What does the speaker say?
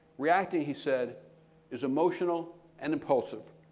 reacting, he said is emotional and impulsive.